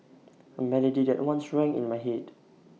A melody that once rang in my Head